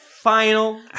Final